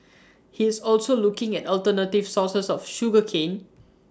he is also looking at alternative sources of sugar cane